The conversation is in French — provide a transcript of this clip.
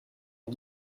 est